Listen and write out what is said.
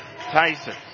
Tyson